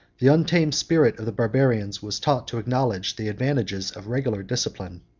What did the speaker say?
the untamed spirit of the barbarians was taught to acknowledge the advantages of regular discipline.